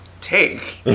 take